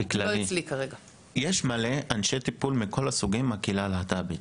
יש מלא אנשי טיפול מכל הסוגים בקהילה הלהט״בית.